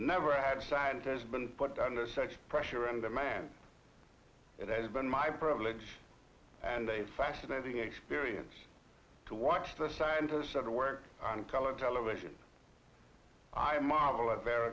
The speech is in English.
never had scientists been put under such pressure and demand it has been my privilege and a fascinating experience to watch the scientists or to work on color television i marvel at